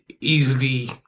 easily